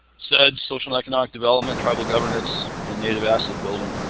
seds, social and economic development, tribal governance, and native asset building.